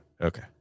Okay